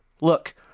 Look